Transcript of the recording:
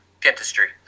dentistry